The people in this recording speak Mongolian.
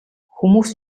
хүмүүс